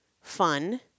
fun